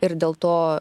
ir dėl to